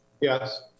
Yes